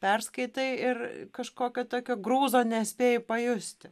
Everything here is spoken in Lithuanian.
perskaitai ir kažkokio tokio grūzo nespėji pajusti